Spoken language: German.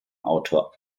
autor